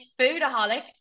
Foodaholic